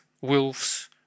Wolves